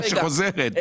הפיתוח גם חוזר אליכם.